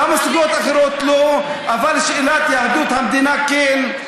למה בסוגיות אחרות לא אבל בשאלת יהדות המדינה כן?